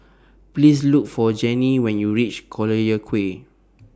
Please Look For Janie when YOU REACH Collyer Quay